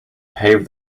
paved